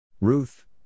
Ruth